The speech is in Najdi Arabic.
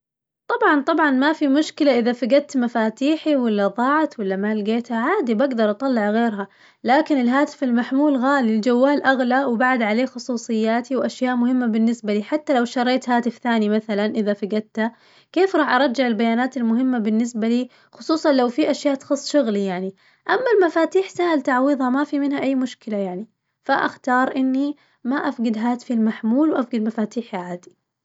طبعاً طبعاً ما في مشكلة إذا فقدت مفاتيحي ولا ضاعت ولا لقيتها عادي بقدر أطلع غيرها، لكن الهاتف المحمول غالي الجوال أغلى وبعد عليه خصوصياتي وأشياء مهمة بالنسبة لي، حتى لو شريت هاتف ثاني مثلاً إذا فقدته كيف راح أرجع البيانات المهمة بالنسبة لي؟ خصوصاً لو في أشياء تخص شغلي يعني، أما المفاتيح سهل تعويضها ما في منها أي مشكلة يعني، فأختار إني ما أفقد هاتفي المحمول وأفقد مفاتيحي عادي.